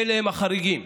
אלה החריגים: